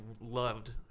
loved